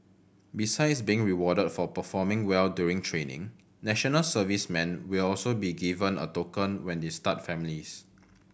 besides being rewarded for performing well during training national servicemen will also be given a token when they start families